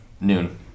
Noon